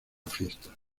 fiesta